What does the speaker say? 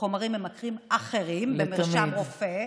בחומרים ממכרים אחרים, במרשם רופא,